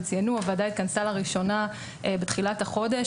הוועדה התכנסה לראשונה בתחילת החודש,